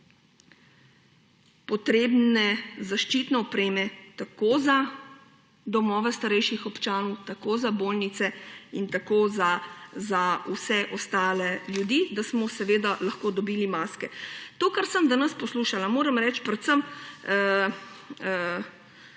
potrebne zaščitne opreme tako za domove starejših občanov kot za bolnice, kot za vse ostale ljudi, da smo lahko dobili maske. O tem, kar sem danes poslušala, predvsem